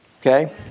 Okay